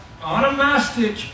automatic